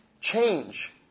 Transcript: change